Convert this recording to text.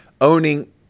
Owning